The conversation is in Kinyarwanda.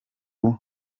ubu